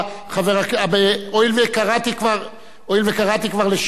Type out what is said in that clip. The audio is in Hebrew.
הואיל וקראתי כבר לחבר הכנסת שטרית,